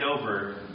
over